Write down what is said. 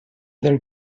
del